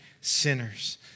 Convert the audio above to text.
sinners